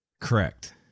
Correct